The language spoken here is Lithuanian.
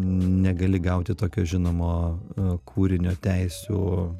negali gauti tokio žinomo kūrinio teisių